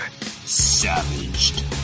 Savaged